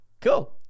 Cool